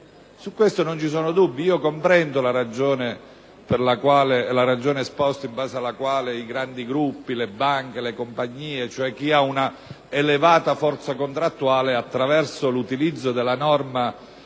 Su questo non ci sono dubbi. Comprendo la ragione esposta in base alla quale i grandi gruppi, le banche e le compagnie (cioè chi ha un'elevata forza contrattuale), attraverso l'utilizzo della norma